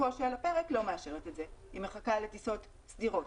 לא מאשרת את זה, היא מחכה לטיסות סדירות.